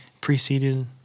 preceded